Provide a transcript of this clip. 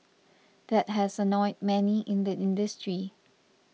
that has annoyed many in the industry